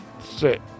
sit